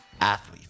athletes